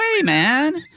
man